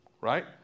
Right